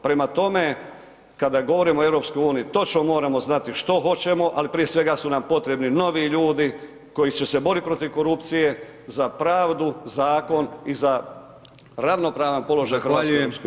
Prema tome, kada govorimo o EU točno moramo znati što hoćemo, ali prije svega su nam potrebni novi ljudi koji će se borit protiv korupcije, za pravdu, zakon i za ravnopravan položaj [[Upadica: Zahvaljujem.]] Hrvatske u EU.